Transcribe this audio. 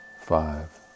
five